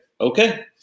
okay